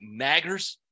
Naggers